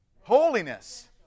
Holiness